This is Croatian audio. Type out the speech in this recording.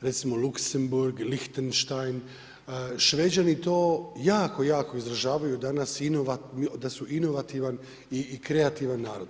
recimo Luksemburg, Lihtenštajn, Šveđani to jako izražavaju danas da su inovativan i kreativan narod.